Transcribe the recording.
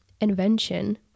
invention